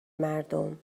مردم